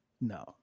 no